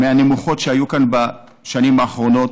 מהנמוכות שהיו כאן בשנים האחרונות,